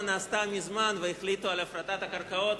נעשתה מזמן והחליטו על הפרטת הקרקעות.